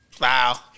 Wow